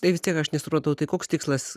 tai vis tiek aš nesupratau tai koks tikslas